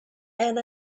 and